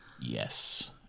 yes